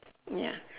ya